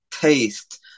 taste